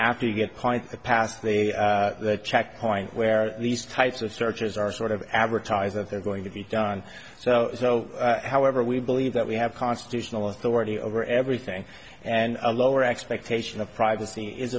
after you get points past the checkpoint where these types of searches are sort of advertised that they're going to be done so so however we believe that we have constitutional authority over everything and a lower expectation of privacy is